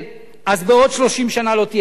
אז בעוד 30 שנה לא תהיה מפד"ל,